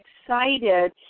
excited